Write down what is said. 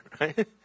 right